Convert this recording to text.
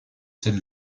scène